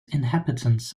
inhabitants